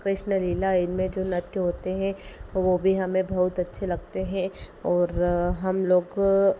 कृष्ण लीला इनमें जो नृत्य होते हैं वे भी हमें बहुत अच्छे लगते हैं और हम लोग